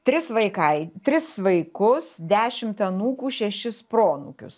tris vaikai tris vaikus dešimt anūkų šešis proanūkius